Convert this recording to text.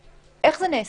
איך זה נעשה?